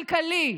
כלכלי,